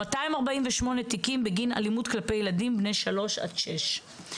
ו-248 תיקים בגין אלימות כלפי ילדים בני שלוש עד שש.